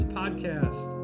podcast